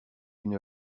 une